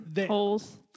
holes